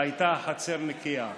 והייתה החצר נקייה.